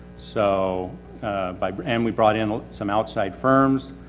so by and we brought in some outside firms.